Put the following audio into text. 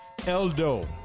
Eldo